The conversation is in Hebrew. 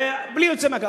בלי יוצא מן הכלל.